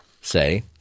say